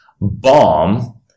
bomb